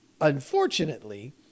unfortunately